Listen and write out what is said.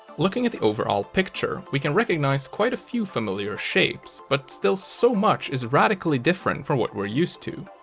looking at the overall picture, we can recognize quite a few familiar shapes, but still so much is radically different from what we're used to.